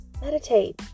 Meditate